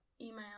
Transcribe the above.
Email